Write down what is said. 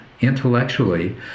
intellectually